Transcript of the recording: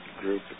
group